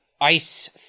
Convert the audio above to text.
ice